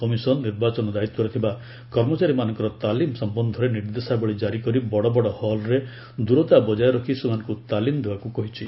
commission ନିର୍ବାଚନ ଦାୟିତ୍ୱରେ ଥିବା କର୍ମଚାରୀମାନଙ୍କର ତାଲିମ୍ ସମ୍ଭନ୍ଧରେ ନିର୍ଦ୍ଦେଶାବଳୀ ଜାରି କରି ବଡ଼ବଡ଼ ହଲ୍ରେ ଦୂରତା ବକାୟ ରଖି ସେମାନଙ୍କୁ ତାଲିମ ଦେବାକୁ କହିଛି